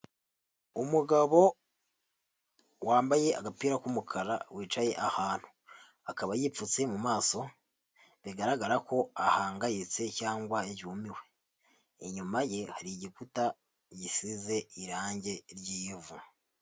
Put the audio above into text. Umugabo wambaye agapira k'umukara, wicaye ahantu, akaba yipfutse mu maso, bigaragara ko ahangayitse cyangwa yumiwe, inyuma ye hari igikuta gisize irange ry'ivu.